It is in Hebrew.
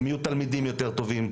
הם יהיו תלמידים יותר טובים,